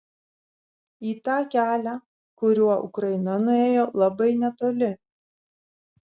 į tą kelią kuriuo ukraina nuėjo labai netoli